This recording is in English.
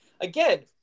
again